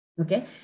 Okay